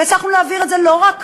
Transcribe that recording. והצלחנו להעביר את זה, לא רק